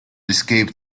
escaped